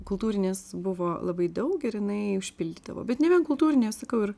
kultūrinės buvo labai daug ir jinai užpildydavo bet ne vien kultūrinės sakau ir